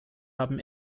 haben